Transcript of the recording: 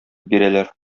бирәләр